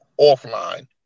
offline